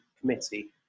committee